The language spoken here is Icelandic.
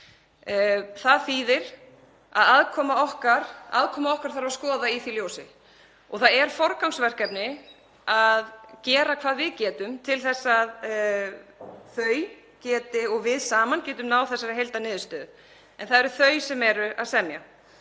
Það þýðir að aðkomu okkar þarf að skoða í því ljósi. Það er forgangsverkefni að gera hvað við getum til þess að þau geti og við saman getum náð þessari heildarniðurstöðu. En það eru þau sem eru að semja.